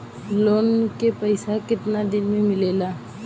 Loan के पैसा कितना दिन मे मिलेला?